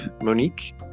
Monique